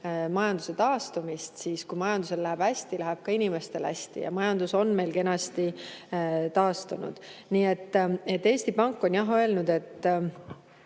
majanduse taastumise, siis kui majandusel läheb hästi, läheb ka inimestel hästi. Ja majandus on meil kenasti taastunud. Eesti Pank on öelnud, et